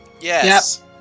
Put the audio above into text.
yes